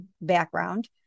background